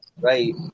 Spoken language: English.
right